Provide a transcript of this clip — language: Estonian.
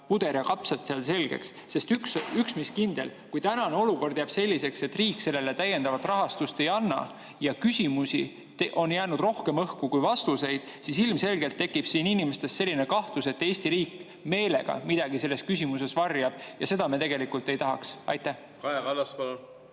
puder ja kapsad seal selgeks. Sest üks mis kindel: kui tänane olukord jääb selliseks, et riik sellele täiendavat rahastust ei anna ja küsimusi on jäänud õhku rohkem kui [on saadud] vastuseid, siis ilmselgelt tekib inimestes selline kahtlus, et Eesti riik meelega midagi selles küsimuses varjab, ja seda me ei tahaks. Aitäh,